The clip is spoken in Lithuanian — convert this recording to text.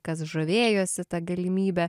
kas žavėjosi ta galimybe